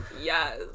yes